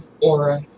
aura